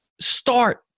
start